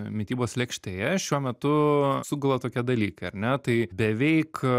mitybos lėkštėje šiuo metu sugula tokie dalykai ar ne tai beveik